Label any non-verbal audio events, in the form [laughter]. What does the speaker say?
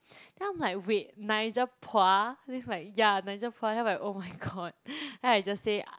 [unintelligible]